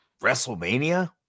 WrestleMania